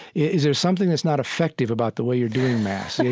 is there something that's not effective about the way you're doing mass?